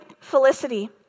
Felicity